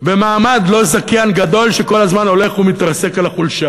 ומעמד לא זכיין גדול שכל הזמן הולך ומתרסק על החולשה,